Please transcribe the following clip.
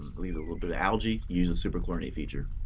little bit of algae use the super chlorinate feature.